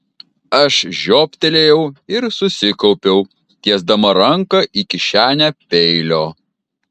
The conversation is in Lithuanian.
aš žioptelėjau ir susikaupiau tiesdama ranką į kišenę peilio